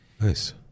Nice